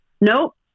nope